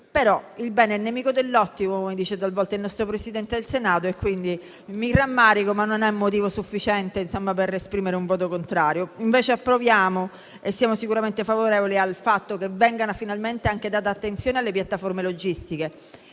il bene è nemico dell'ottimo, come dice talvolta il nostro Presidente del Senato, pertanto mi rammarico, ma questo non è un motivo sufficiente per esprimere un voto contrario. Invece, approviamo e siamo sicuramente favorevoli al fatto che venga finalmente data attenzione alle piattaforme logistiche,